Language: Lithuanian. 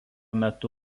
metu